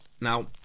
Now